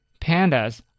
Pandas